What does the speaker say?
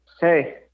Hey